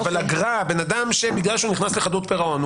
אבל אגרה בן אדם שיודע שהוא נכנס לחדלות פירעון,